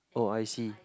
oh I see